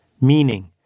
meaning